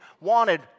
wanted